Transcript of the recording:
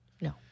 No